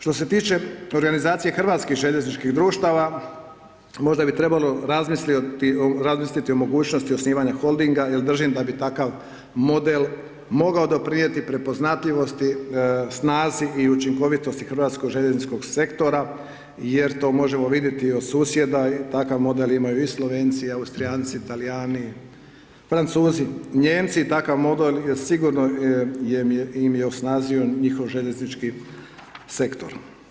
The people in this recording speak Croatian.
Što se tiče organizacije Hrvatskih željezničkih društava, možda bi trebalo razmisliti o mogućnosti osnivanja Holdinga jer držim da bi takav model mogao doprinijeti prepoznatljivosti, snazi i učinkovitosti Hrvatskog željezničkog sektora jer to možemo vidjeti od susjeda i takav model imaju i Slovenci i Austrijanci i Talijani, Francuzi, Nijemci i takav model je sigurno im je osnažio njihov željeznički sektor.